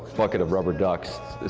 bucket of rubber ducks.